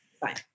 fine